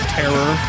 terror